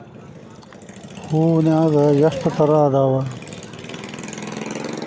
ಹೂನ್ಯಾಗ ಎಷ್ಟ ತರಾ ಅದಾವ್?